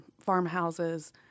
farmhouses